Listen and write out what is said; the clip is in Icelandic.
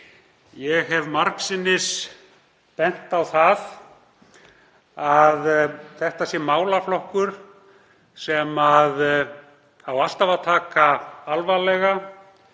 Ég hef margsinnis bent á það að þetta sé málaflokkur sem eigi alltaf að taka alvarlega.